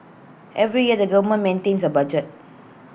every year the government maintains A budget